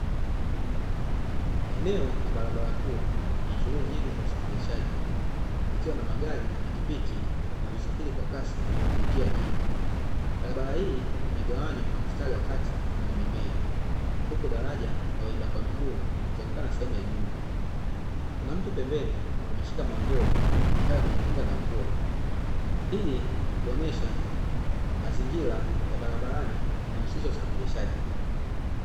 Eneo la barabara kuu ya shughuli nyingi za usafirishaji, ikiwa na magari na pikipiki zinazosafiri kwa kasi kwenye njia nyingi. Barabara hii imegawanywa kwa mstari wa kati wenye mimea, huku daraja la waenda kwa miguu likionekana sehemu ya nyuma, kuna mtu pembeni ameshika mwamvuli, ishara ya kujikinga na mvua. Hii huonyesha mazingira ya barabarani, inahusisha usafirishaji.